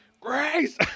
Grace